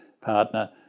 partner